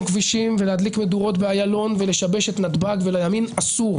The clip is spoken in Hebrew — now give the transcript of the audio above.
כבישים ולהדליק מדורות באיילון ולשבש את נתב"ג ולימין אסור,